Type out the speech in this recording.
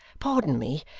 pardon me,